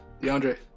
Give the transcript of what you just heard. DeAndre